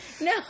No